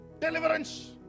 deliverance